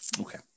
Okay